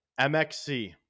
MXC